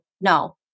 no